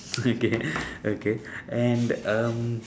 okay okay and um